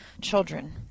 children